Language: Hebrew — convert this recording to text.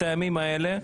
את הימים האלה,